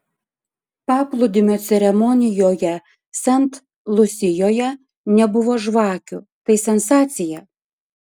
paplūdimio ceremonijoje sent lusijoje nebuvo žvakių tai sensacija